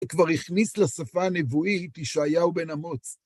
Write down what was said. הוא כבר הכניס לשפה הנבואית ישעיהו בן אמוץ.